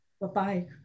Bye-bye